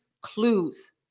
clues